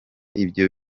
ibyo